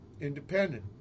Independent